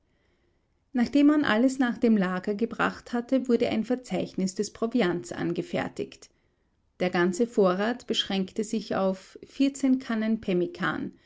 nachdem man alles nach dem lager gebracht hatte wurde ein verzeichnis des proviants angefertigt der ganze vorrat beschränkte sich auf